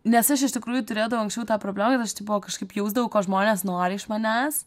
nes aš iš tikrųjų turėdavau anksčiau tą problemą kad aš tipo kažkaip jausdavau ko žmonės nori iš manęs